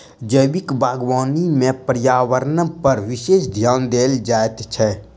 जैविक बागवानी मे पर्यावरणपर विशेष ध्यान देल जाइत छै